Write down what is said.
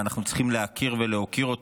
ואנחנו צריכים להכיר ולהוקיר אותו,